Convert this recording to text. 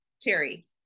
Cherry